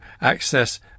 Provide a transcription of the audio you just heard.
access